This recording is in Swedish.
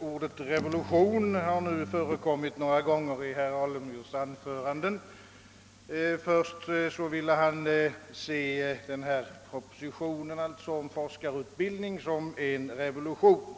Ordet »revolution» har nu förekommit några gånger i herr Alemyrs anföranden. Först ville han se propositionen om forskarutbildningen som en revolution.